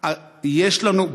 יש לנו,